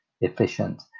efficient